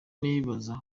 nibaza